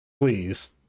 please